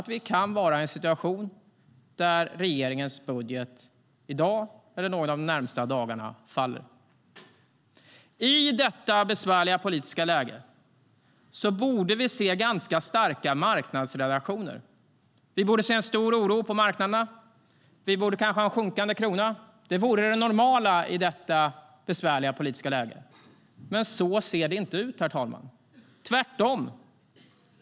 Vi kan vara i en situation där regeringens budget i dag eller någon av de närmsta dagarna faller. I detta besvärliga politiska läge borde vi se ganska starka marknadsreaktioner. Vi borde se en stor oro på marknaderna. Vi borde kanske ha en sjunkande krona. Det vore det normala i detta besvärliga politiska läge. Men så ser det inte ut, herr talman, tvärtom.